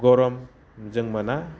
गरम जों मोना